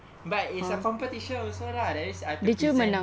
but it's a competition also lah that means I have to present